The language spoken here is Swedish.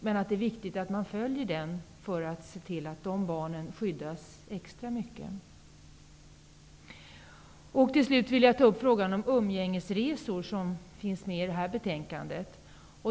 Men det är viktigt att man följer den för att se till att dessa barn skyddas extra mycket. Slutligen vill jag ta upp frågan om umgängesresor, som finns med i detta betänkande.